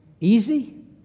easy